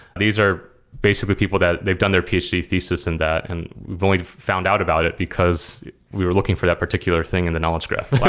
these are basically people that they've done their ph d. thesis in that, and we've only found about it because we were looking for that particular thing in the knowledge graph wow!